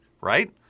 right